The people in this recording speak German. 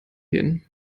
gehen